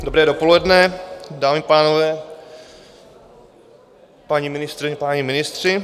Dobré dopoledne, dámy a pánové, paní ministryně, páni ministři.